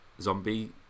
Zombie